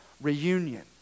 reunion